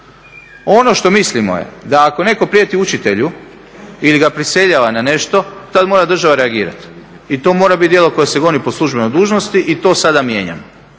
Ono što mislimo je da ako netko prijeti učitelju ili ga prisiljava na nešto tad mora država reagirati i to mora biti djelo koje se goni po službenoj dužnosti i to sada mijenjamo.